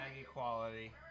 equality